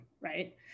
right